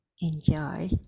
enjoy